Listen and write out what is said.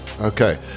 Okay